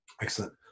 Excellent